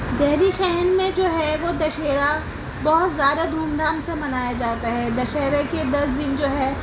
دہلی شہر میں جو ہے وہ دشہرہ بہت دُھوم دھام سے منایا جاتا ہے دشہرے کے دس دِن جو ہے